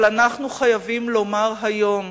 אבל אנחנו חייבים לומר היום,